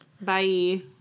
Bye